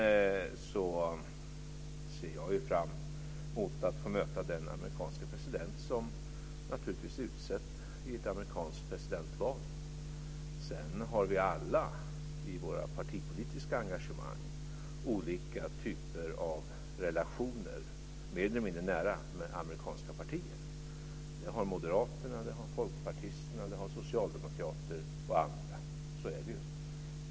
Jag ser fram mot att få möta den amerikanske presidenten, som naturligtvis är utsedd i ett amerikanskt presidentval. Vi har alla i våra partipolitiska engagemang olika typer av relationer, mer eller mindre nära, med amerikanska partier. Det har moderaterna, folkpartisterna, socialdemokraterna och andra - så är det ju.